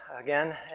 again